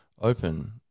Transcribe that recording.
open